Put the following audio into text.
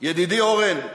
ידידי אורן,